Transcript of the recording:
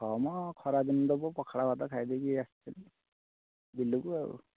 ହଁ ମ ଖରାଦିନ ତ ପୁଅ ପଖାଳ ଭାତ ଖାଇ ଦେଇକି ଆସିଥିଲି ବିଲକୁ ଆଉ